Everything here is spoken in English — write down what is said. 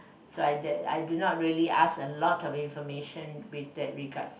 so I uh I do not really ask a lot of information with that regards